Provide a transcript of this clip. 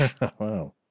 Wow